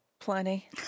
plenty